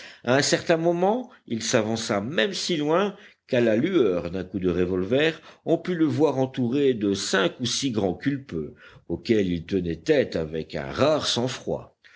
un certain moment il s'avança même si loin qu'à la lueur d'un coup de revolver on put le voir entouré de cinq ou six grands culpeux auxquels il tenait tête avec un rare sang-froid